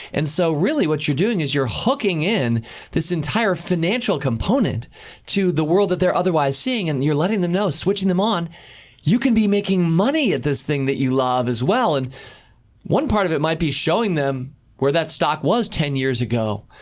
and so really what you're doing is you're hooking in this entire financial component to the world that they're otherwise seeing and you're letting them know, switching them on, that you can be making money at this thing that you love, as well. and one part of it might be showing them where that stock was ten year ago,